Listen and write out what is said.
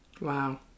Wow